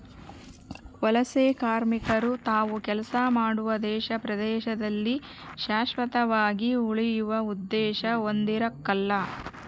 ವಲಸೆಕಾರ್ಮಿಕರು ತಾವು ಕೆಲಸ ಮಾಡುವ ದೇಶ ಪ್ರದೇಶದಲ್ಲಿ ಶಾಶ್ವತವಾಗಿ ಉಳಿಯುವ ಉದ್ದೇಶ ಹೊಂದಿರಕಲ್ಲ